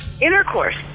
Intercourse